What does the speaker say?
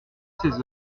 seize